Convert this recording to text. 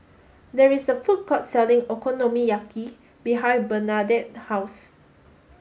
there is a food court selling Okonomiyaki behind Bernadette's house